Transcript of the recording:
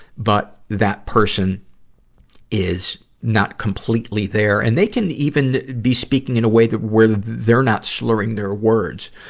but that person is not completely there. and they can even be speaking in a way that where they're not slurring their words.